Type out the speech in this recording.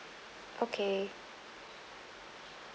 okay